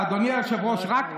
אדוני היושב-ראש, רק,